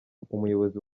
umuyobozi